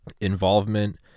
involvement